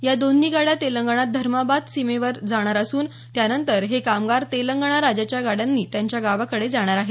या दोन्ही गाड्या तेलंगणात धर्माबाद सीमेवर जाणार असून त्यानंतर हे कामगार तेलंगणा राज्याच्या गाड्यांनी त्यांच्या गावाकडे जाणार आहेत